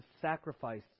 sacrifice